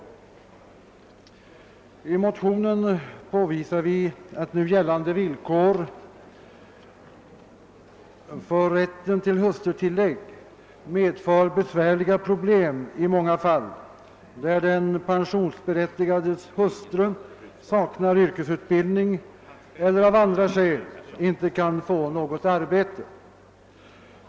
I detta motionspar påvisar vi att nu gällande villkor för rätten till hustrutillägg medför besvärliga problem i många fall där den pensionsberättigades hustru saknar yrkesutbildning eller av andra skäl inte kan få något arbete.